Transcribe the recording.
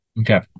Okay